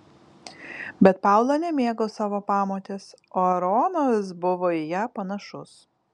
bet paula nemėgo savo pamotės o aaronas buvo į ją panašus